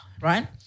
right